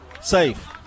safe